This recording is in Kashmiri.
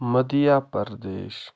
مٔدِھیہ پردیش